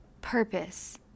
purpose